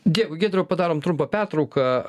dėkui giedriau padarom trumpą pertrauką